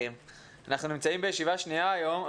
אנחנו נמצאים בישיבה השנייה היום,